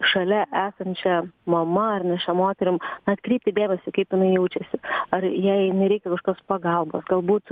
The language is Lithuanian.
šalia esančia mama ar nėščia moterim atkreipti dėmesį kaip jinai jaučiasi ar jai nereikia kažkokios pagalbos galbūt